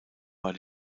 war